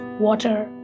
Water